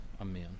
Amen